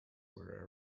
were